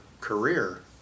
career